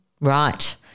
right